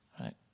right